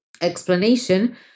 explanation